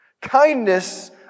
Kindness